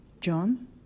John